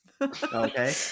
Okay